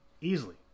Easily